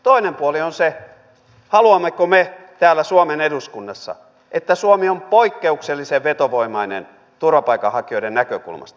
toinen puoli on se haluammeko me täällä suomen eduskunnassa että suomi on poikkeuksellisen vetovoimainen turvapaikanhakijoiden näkökulmasta